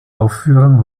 aufführung